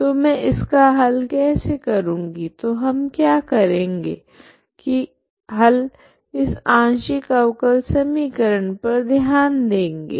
तो मैं इसका हल कैसे करूंगी तो हम क्या करेगे की हल इस आंशिक अवकल समीकरण पर ध्यान देगे